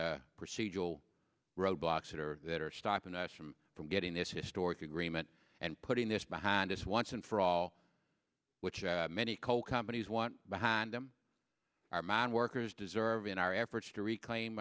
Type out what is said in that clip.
procedural roadblocks that are that are stopping us from from getting this historic agreement and putting this behind us once and for all which many coal companies want behind them our mine workers deserve in our efforts to reclaim